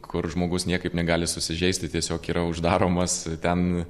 kur žmogus niekaip negali susižeisti tiesiog yra uždaromas ten